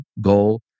goal